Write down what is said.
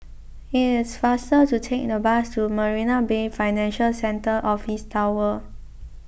it is faster to take the bus to Marina Bay Financial Centre Office Tower